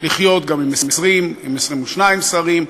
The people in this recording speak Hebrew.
לחיות גם עם 20, עם 22 שרים.